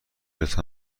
لطفا